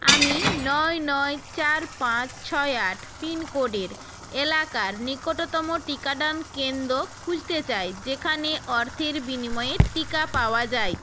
আমি নয় নয় চার পাঁচ ছয় আট পিনকোডের এলাকার নিকটতম টিকাদান কেন্দ্র খুঁজতে চাই যেখানে অর্থের বিনিময়ে টিকা পাওয়া যায়